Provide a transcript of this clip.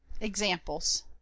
Examples